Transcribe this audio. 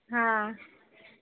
હા